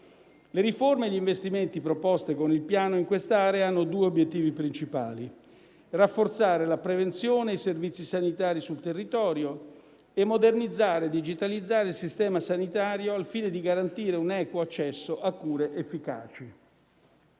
Le riforme e gli investimenti proposti con il Piano in quest'area hanno due obiettivi principali: rafforzare la prevenzione e i servizi sanitari sul territorio e modernizzare e digitalizzare il sistema sanitario, al fine di garantire un equo accesso a cure efficaci.